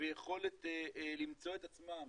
ויכולת למצוא את עצמם